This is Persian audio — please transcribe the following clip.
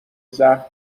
زخم